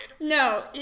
No